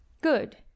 Good